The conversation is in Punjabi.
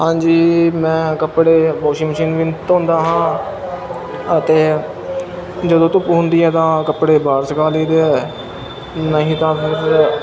ਹਾਂਜੀ ਮੈਂ ਕੱਪੜੇ ਵੋਸ਼ਿੰਗ ਮਸ਼ੀਨ ਵਿੱਚ ਧੋਂਦਾ ਹਾਂ ਅਤੇ ਜਦੋਂ ਧੁੱਪ ਹੁੰਦੀ ਹੈ ਤਾਂ ਕੱਪੜੇ ਬਾਹਰ ਸੁਕਾ ਲਈਦੇ ਹੈ ਨਹੀਂ ਤਾਂ ਫਿਰ